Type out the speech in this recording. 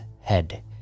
head